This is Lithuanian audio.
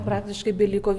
praktiškai beliko